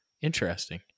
Interesting